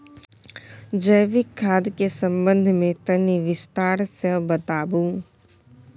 जैविक खाद के संबंध मे तनि विस्तार स बताबू?